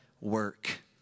work